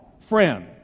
friend